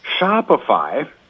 Shopify